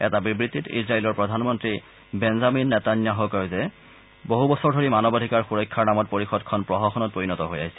এটা বিবৃতিত ইজৰাইলৰ প্ৰধানমন্ত্ৰী বেঞ্জামিন নেতান্যাহুৱে কয় যে বহুবছৰ ধৰি মানৱ অধিকাৰ সুৰক্ষাৰ নামত পৰিষদখন প্ৰহসনত পৰিনত হৈ আহিছিল